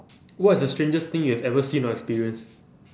what's the strangest thing you have even seen or experienced